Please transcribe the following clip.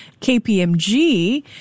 KPMG